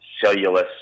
cellulose